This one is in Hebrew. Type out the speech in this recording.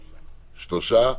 שלושה.